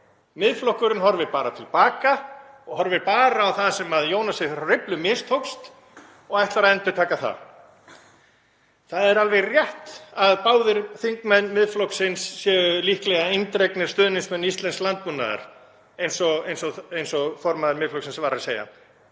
Miðflokkurinn horfi bara til baka og horfir bara á það sem Jónasi frá Hriflu mistókst og ætlar að endurtaka það. Það er alveg rétt að báðir þingmenn Miðflokksins eru líklega eindregnir stuðningsmenn íslensks landbúnaðar, eins og formaður Miðflokksins var að segja,